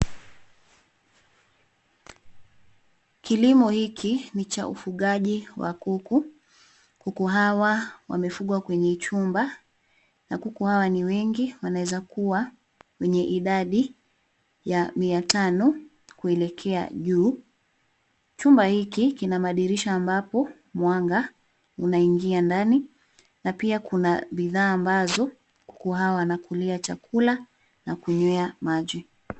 Kilimo hiki ni cha ufugaji wa kuku. Kuku hawa wamefugwa kwenye chumba, na kuku hawa ni wengi wanaweza kuwa wenye idadi ya mia tano kuelekea juu. Chumba hiki kina madirisha ambapo mwanga unaingia ndani, na pia kuna bidhaa ambazo kuku hawa wanakulia chakula na kunywa maji.